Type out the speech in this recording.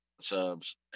subs